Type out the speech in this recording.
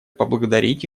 поблагодарить